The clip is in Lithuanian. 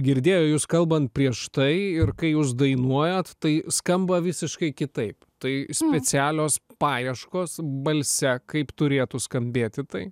girdėjo jus kalbant prieš tai ir kai jūs dainuojat tai skamba visiškai kitaip tai specialios paieškos balse kaip turėtų skambėti tai